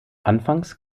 anfangs